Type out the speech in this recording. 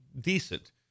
decent